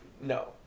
No